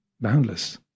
boundless